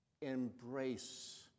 Embrace